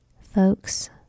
folks